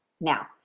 Now